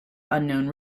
unknown